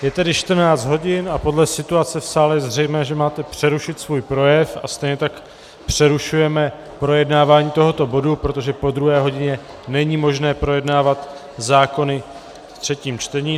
Je tedy 14 hodin a podle situace v sále je zřejmé, že máte přerušit svůj projev, a stejně tak přerušujeme projednávání tohoto bodu, protože po druhé hodině není možné projednávat zákony ve třetím čtení.